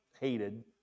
hated